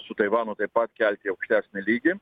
su taivanu taip pat kelti į aukštesnį lygį